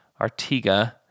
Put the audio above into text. Artiga